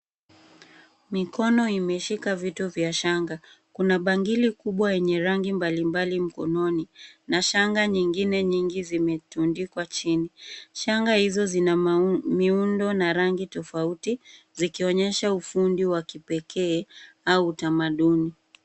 Mikono imeshika vitu vya shanga. Kuna bangili kubwa yenye rangi mbalimbali mkononi na shanga nyengine nyingi zimetundikwa chini. Shanga hizo zina miundo na rangi tofauti zikionyesha ufundi wa kipekee au utamaduni.